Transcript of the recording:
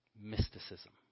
mysticism